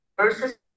versus